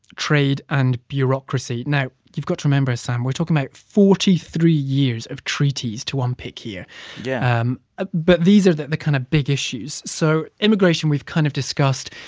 trade and bureaucracy. now, you've got to remember, sam, we're talking about forty three years of treaties to unpick here yeah um ah but these are the kind of big issues. so immigration we've kind of discussed.